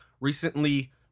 recently